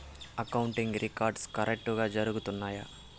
accounting records కరెక్టుగా జరుగుతున్నాయా